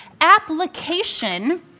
application